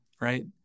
right